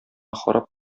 харап